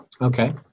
okay